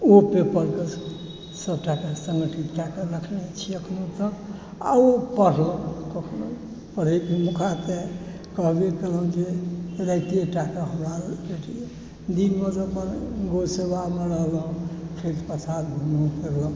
ओ पेपरके सभटाके समेटकऽ रखने छी एखनहुँ तक आ ओ पढलहुँ कखनो पढ़ैके मौक़ा तऽ कहबे केलहुँ जे रातिएटाके हमरा भेटैए दिनमे जखन गौ सेवामे रहलहुँ खेत पथारमे